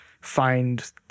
find